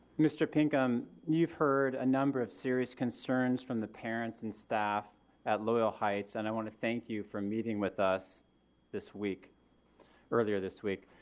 mr. pinkham you've heard a number of serious concerns from the parents and staff at loyal heights and i want to thank you for meeting with us this week earlier this week.